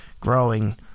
growing